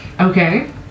Okay